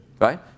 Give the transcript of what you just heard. Right